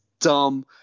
dumb